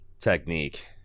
technique